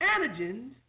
antigens